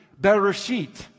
Bereshit